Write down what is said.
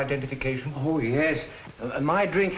identification who he has my drink